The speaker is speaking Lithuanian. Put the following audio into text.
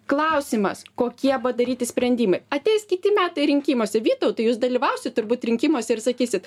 klausimas kokie padaryti sprendimai ateis kiti metai rinkimuose vytautai jūs dalyvausit turbūt rinkimuose ir sakysit